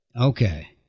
Okay